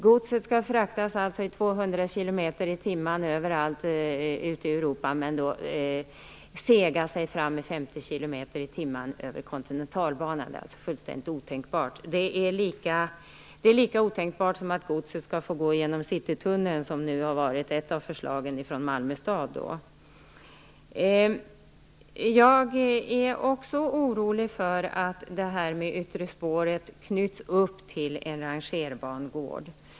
Godset skall alltså fraktas i 200 kilometer i timmen överallt ute i Europa, men sega sig fram i 50 kilometer i timmen över Kontinentalbanan - fullständigt otänkbart! Det är lika otänkbart som att godset skall gå genom Citytunneln, vilket ett av förslagen från Malmö stad innebär. Jag är också orolig för att det yttre spåret knyts upp till en rangerbangård.